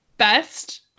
best